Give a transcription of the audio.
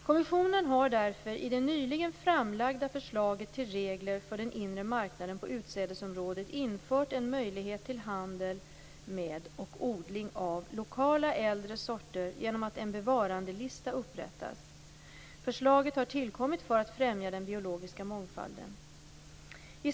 Kommissionen har därför i det nyligen framlagda förslaget till regler för den inre marknaden på utsädesområdet infört en möjlighet till handel med och odling av lokala äldre sorter genom att en bevarandelista upprättats. Förslaget har tillkommit för att främja den biologiska mångfalden.